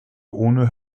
ohne